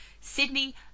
sydney